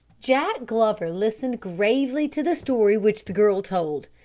jack glover listened gravely to the story which the girl told.